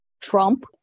Trump